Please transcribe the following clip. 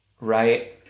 Right